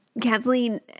Kathleen